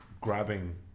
grabbing